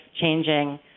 changing